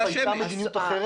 בעבר הייתה מדיניות אחרת.